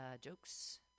jokes